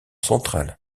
central